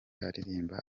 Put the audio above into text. aririmba